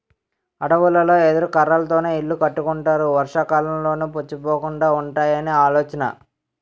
అడవులలో ఎదురు కర్రలతోనే ఇల్లు కట్టుకుంటారు వర్షాకాలంలోనూ పుచ్చిపోకుండా వుంటాయని ఆలోచన